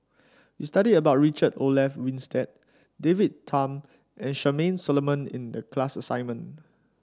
we studied about Richard Olaf Winstedt David Tham and Charmaine Solomon in the class assignment